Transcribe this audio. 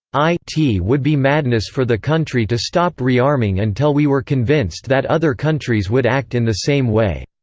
i t would be madness for the country to stop rearming until we were convinced that other countries would act in the same way.